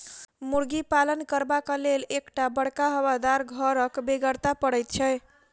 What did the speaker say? मुर्गी पालन करबाक लेल एक टा बड़का हवादार घरक बेगरता पड़ैत छै